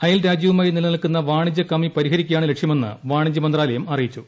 അയൽരാജ്യവുമായി നിലനിൽക്കുന്ന വാണിജ്യ കമ്മി പരിഹരിക്കുകയാണ് ലക്ഷ്യമെന്ന് വാണിജ്യമന്ത്രാലയം അറിയിച്ചു